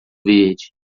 verde